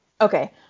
Okay